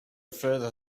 further